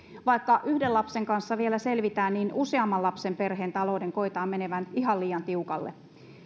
vaikka yhden lapsen kanssa vielä selvitään niin useamman lapsen perheen talouden koetaan menevän ihan liian tiukalle